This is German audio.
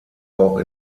auch